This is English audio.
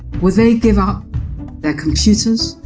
would they give up their computers,